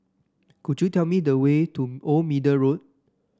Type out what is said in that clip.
could you tell me the way to Old Middle Road